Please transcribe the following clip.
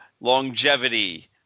longevity